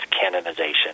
canonization